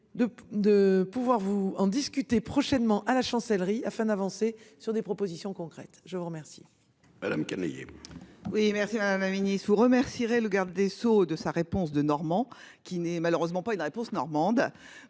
de pouvoir vous en discutez prochainement à la Chancellerie, afin d'avancer sur des propositions concrètes, je vous remercie.